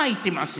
מה הייתם עושים?